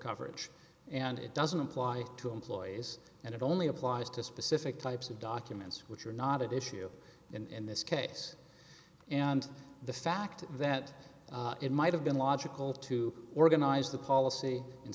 coverage and it doesn't apply to employees and it only applies to specific types of documents which are not at issue in this case and the fact that it might have been logical to organize the policy in